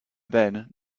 then